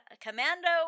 commando